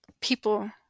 people